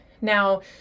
Now